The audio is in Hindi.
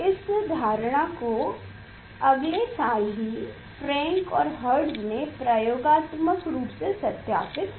इस धारणा को अगले साल ही फ्रैंक और हर्ट्ज ने प्रयोगात्मक रूप से सत्यापित किया